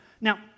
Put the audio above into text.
Now